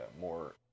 more